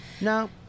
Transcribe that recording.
no